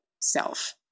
self